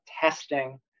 testing